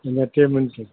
इनके